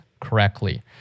correctly